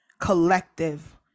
collective